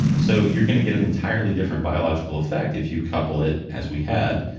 so, you're going to get an entirely different biological effect if you couple it, as we had,